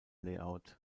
layout